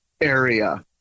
area